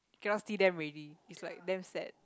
cannot see them already is like damn sad